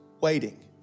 Waiting